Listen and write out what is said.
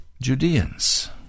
Judeans